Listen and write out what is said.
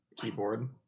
keyboard